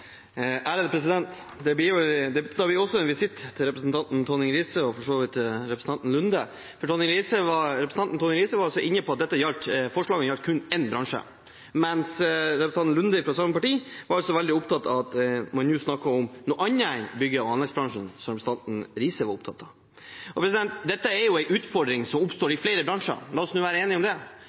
blir også en visitt til representanten Tonning Riise og for så vidt til representanten Lunde. Representanten Tonning Riise var inne på at forslaget gjaldt kun én bransje, mens representanten Lunde fra samme parti var veldig opptatt av at man snakket om noe annet enn bygg- og anleggsbransjen. Dette er jo en utfordring som oppstår i flere bransjer. La oss nå være enige om det. Når man ser utviklingen som har vært, og de signalene man ser i horisonten, er dette en utfordring som gjelder flere deler av landet. Det kan være i noen enkeltkommuner, det